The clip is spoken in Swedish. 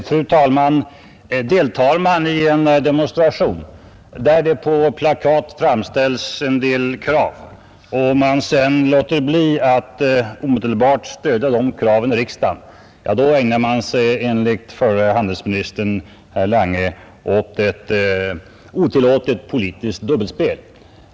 Fru talman! Deltar man i en demonstration, där det på plakat framställs en del krav och man sedan låter bli att omedelbart stödja de kraven i riksdagen, då ägnar man sig enligt förre handelsministern herr Lange åt ett otillåtet politiskt dubbelspel.